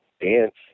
dance